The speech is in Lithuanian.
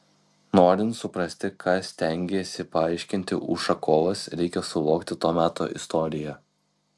norint suprasti ką stengėsi paaiškinti ušakovas reikia suvokti to meto istoriją